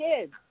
kids